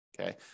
Okay